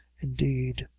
indeed,